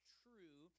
true